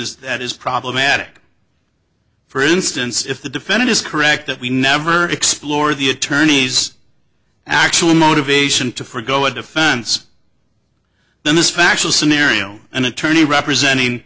is that is problematic for instance if the defendant is correct that we never explore the attorney's actual motivation to forego a defense then this factual scenario an attorney representing